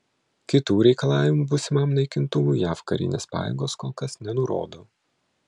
kitų reikalavimų būsimam naikintuvui jav karinės pajėgos kol kas nenurodo